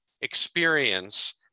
experience